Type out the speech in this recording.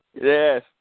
Yes